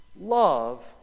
Love